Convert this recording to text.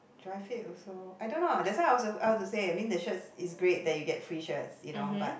dry fit also I don't know that's why I was about to say I mean the shirt is great that you get free shirts you know but